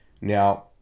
Now